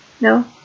No